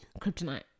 kryptonite